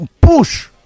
push